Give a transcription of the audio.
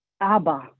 Abba